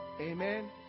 Amen